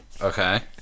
Okay